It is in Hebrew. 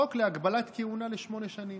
חוק להגבלת כהונה לשמונה שנים.